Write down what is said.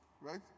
right